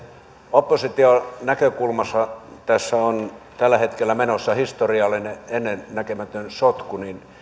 opposition näkökulmasta tässä on tällä hetkellä menossa historiallinen ennennäkemätön sotku